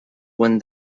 wind